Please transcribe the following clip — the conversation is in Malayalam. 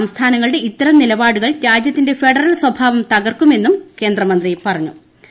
സംസ്ഥാനങ്ങളുടെ ഇത്തരം നിലപാടുകൾ രാജ്യത്തിട്ടെറ്റ് ഫെഡറൽ സ്വഭാവം തകർക്കുമെന്നും കേന്ദ്ര മന്ത്രി പ്റ്റുണ്ടു